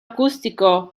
acústico